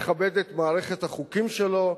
מכבד את מערכת החוקים שלו,